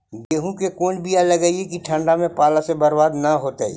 गेहूं के कोन बियाह लगइयै कि ठंडा में पाला से बरबाद न होतै?